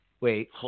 wait